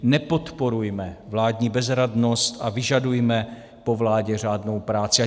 Nepodporujme vládní bezradnost a vyžadujme pro vládě řádnou práci.